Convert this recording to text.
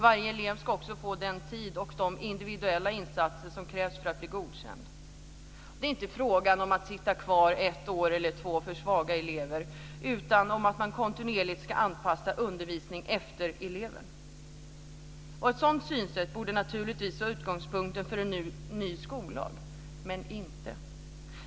Varje elev ska få den tid och de individuella insatser som krävs för att bli godkänd. Det är inte fråga om att sitta kvar ett år eller två för svaga elever, utan om att man kontinuerligt ska anpassa undervisningen efter eleven. Ett sådant synsätt borde naturligtvis vara utgångspunkten för en ny skollag, men inte.